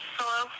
Hello